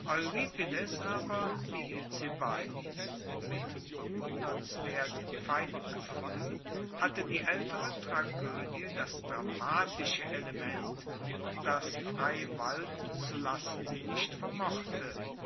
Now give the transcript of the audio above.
aber behielt sie bei mit bewundernswert feinem gefuehl hatte die aeltere tragoedie das dramatische element das frei walten zu lassen sie nicht vermochte